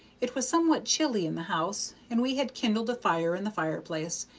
it was somewhat chilly in the house, and we had kindled a fire in the fireplace,